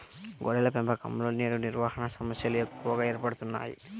గొర్రెల పెంపకంలో నేడు నిర్వహణ సమస్యలు ఎక్కువగా ఏర్పడుతున్నాయి